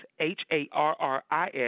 H-A-R-R-I-S